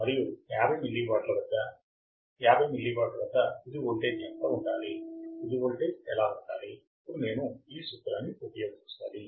మరియు 50 మిల్లీవాట్ల వద్ద 50 మిల్లీవాట్ వద్ద తుది వోల్టేజ్ ఎంత ఉండాలి తుది వోల్టేజ్ ఎలా ఉండాలి అప్పుడు నేను ఈ సూత్రాన్ని ఉపయోగించాలి